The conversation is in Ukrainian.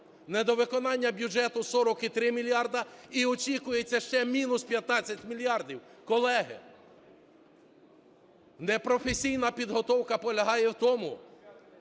недовиконання бюджету 40,3 мільярди, і очікується ще мінус 15 мільярдів. Колеги, непрофесійна підготовка полягає в тому,